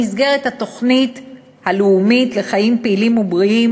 במסגרת התוכנית הלאומית לחיים פעילים ובריאים,